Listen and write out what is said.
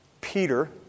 Peter